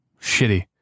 Shitty